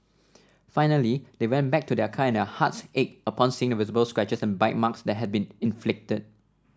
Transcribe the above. finally they went back to their car and their hearts ached upon seeing the visible scratches and bite marks that had been inflicted